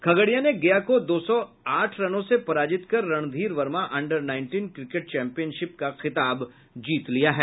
खगड़िया ने गया को दो सौ आठ रनों से पराजित कर Randhir Verma under nineteen cricket championship का खिताब जीत लिया है